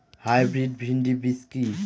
Hybrid bhindi বীজ কি?